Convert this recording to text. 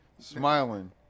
smiling